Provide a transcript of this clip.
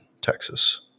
Texas